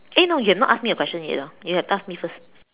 eh no you've not asked me a question yet hor you have to ask me first